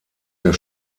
der